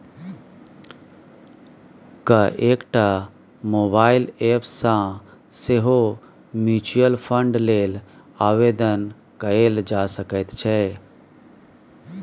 कएकटा mobile app सँ सेहो म्यूचुअल फंड लेल आवेदन कएल जा सकैत छै